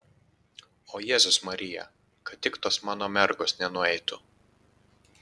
o jėzus marija kad tik tos mano mergos nenueitų